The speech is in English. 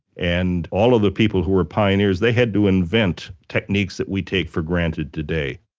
and all of the people who were pioneers they had to invent techniques that we take for granted today.